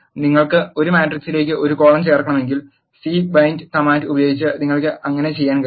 നിങ്ങൾക്ക് ഒരു മാട്രിക്സിലേക്ക് ഒരു കോളം ചേർക്കണമെങ്കിൽ cbind കമാൻഡ് ഉപയോഗിച്ച് നിങ്ങൾക്ക് അങ്ങനെ ചെയ്യാൻ കഴിയും